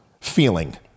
feeling